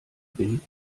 bin